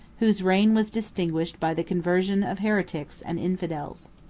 whose reign was distinguished by the conversion of heretics and infidels.